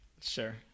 Sure